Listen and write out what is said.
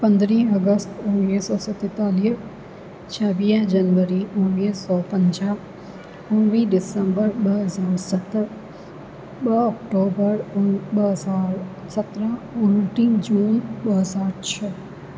पंद्रहीं ऑगस्त उणिवीह सौ सतेतालीह छवीह जनवरी उणिवीह सौ पंजाहु उणिवीह ॾिसंबर ॿ हज़ार सत ॿ ऑक्टॉबर ॿ सौ सत्रहां उणिटीह जून ॿ हज़ार छह